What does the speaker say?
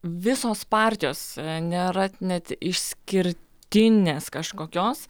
visos partijos nėra net išskirtinės kažkokios